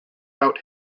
out